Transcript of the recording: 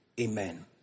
Amen